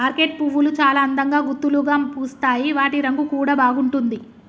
orchid పువ్వులు చాల అందంగా గుత్తులుగా పూస్తాయి వాటి రంగు కూడా బాగుంటుంది